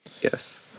yes